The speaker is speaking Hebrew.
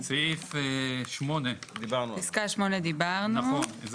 סעיף 8. דיברנו עליו.